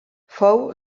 fou